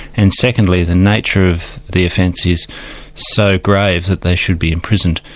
and secondly the nature of the offence is so grave that they should be imprisoned.